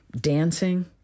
dancing